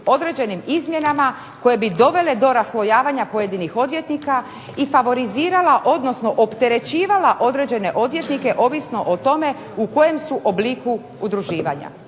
određenim izmjenama koje bi dovele do raslojavanja pojedinih odvjetnika i favorizirala, odnosno opterećivala određene odvjetnike ovisno o tome u kojem su obliku udruživanja,